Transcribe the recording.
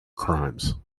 crimes